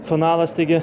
finalas taigi